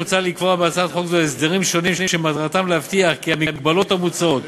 מוצע לקבוע בהצעת חוק זו הסדרים שונים שמטרתם להבטיח כי המגבלות המוצעות